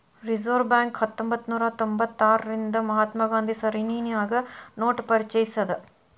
reserve Bank ಹತ್ತೊಂಭತ್ನೂರಾ ತೊಭತಾರ್ರಿಂದಾ ರಿಂದ ಮಹಾತ್ಮ ಗಾಂಧಿ ಸರಣಿನ್ಯಾಗ ನೋಟ ಪರಿಚಯಿಸೇದ್